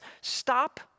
Stop